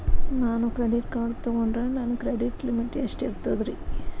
ನಾನು credit card ತೊಗೊಂಡ್ರ ನನ್ನ ಕ್ರೆಡಿಟ್ ಲಿಮಿಟ್ ಎಷ್ಟ ಇರ್ತದ್ರಿ?